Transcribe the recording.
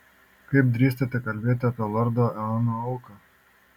kaip drįstate kalbėti apie lordo eono auką